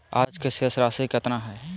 आज के शेष राशि केतना हइ?